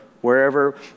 wherever